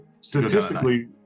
statistically